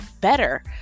better